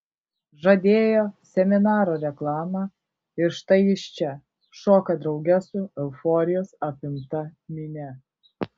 žadėjo seminaro reklama ir štai jis čia šoka drauge su euforijos apimta minia